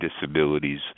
disabilities